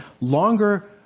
longer